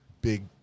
big